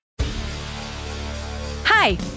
Hi